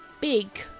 big